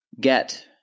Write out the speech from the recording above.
Get